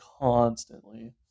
constantly